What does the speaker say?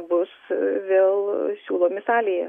bus vėl siūlomi salėje